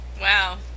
Wow